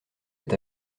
est